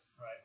Right